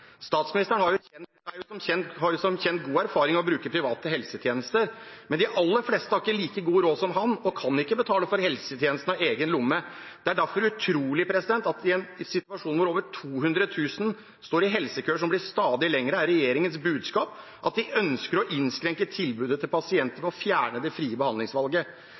Statsministeren har som kjent god erfaring med å bruke private helsetjenester, men de aller fleste har ikke like god råd som ham og kan ikke betale for helsetjenestene av egen lomme. Det er derfor utrolig at i en situasjon hvor over 200 000 står i helsekøer som blir stadig lengre, er regjeringens budskap at de ønsker å innskrenke tilbudet til pasientene ved å fjerne det frie behandlingsvalget.